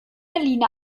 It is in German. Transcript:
berlin